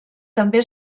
també